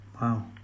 Wow